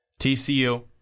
TCU